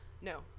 no